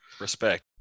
respect